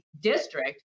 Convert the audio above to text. district